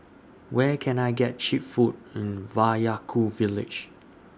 Where Can I get Cheap Food in Vaiaku Village